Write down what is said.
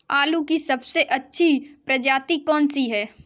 आलू की सबसे अच्छी प्रजाति कौन सी है?